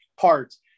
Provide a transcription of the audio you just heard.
parts